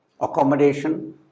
accommodation